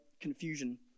confusion